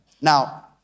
Now